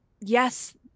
yes